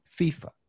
FIFA